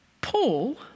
Paul